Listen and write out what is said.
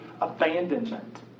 abandonment